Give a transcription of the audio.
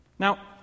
Now